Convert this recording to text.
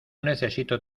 necesito